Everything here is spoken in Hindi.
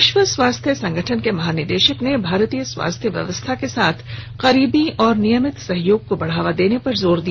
विश्व स्वास्थ्य संगठन के महानिदेशक ने भारतीय स्वास्थ्य व्यवस्था के साथ करीबी और नियमित सहयोग को बढ़ावा देने पर जोर दिया